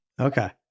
Okay